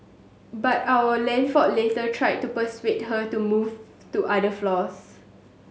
but our land for later tried to persuade her to move to other floors